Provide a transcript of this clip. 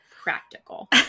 practical